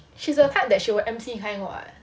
she's the type like she will emcee kind [what]